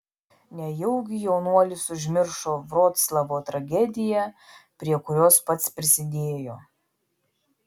nejaugi jaunuolis užmiršo vroclavo tragediją prie kurios pats prisidėjo